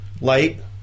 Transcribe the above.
light